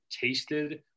tasted